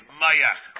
mayach